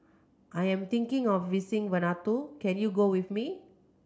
I am thinking of visiting Vanuatu can you go with me